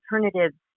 alternatives